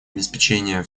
обеспечения